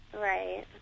Right